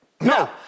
No